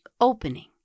opening